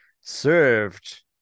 served